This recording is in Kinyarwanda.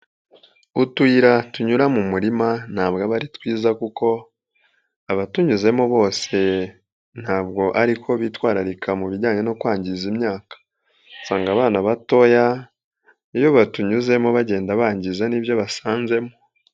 Utuyira tunyura mu murima ntabwo aba ari twiza kuko abatunyuzamo bose ntabwo ari ko bitwararika mu bijyanye no kwangiza imyaka, usanga abana batoya iyo batunyuzemo bagenda bangiza n'ibyo basanzemo.